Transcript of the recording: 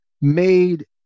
made